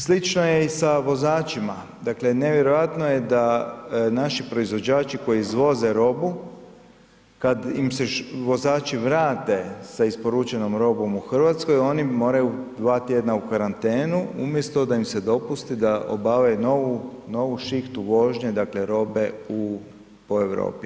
Slično je i sa vozačima, dakle nevjerojatno je da naši proizvođači koji izvoze robu kada im se vozači vrate sa isporučenom robom u Hrvatsku oni moraju dva tjedna u karantenu umjesto da im se dopusti da obave novu, novu šihtu vožnje, dakle robe u, po Europi.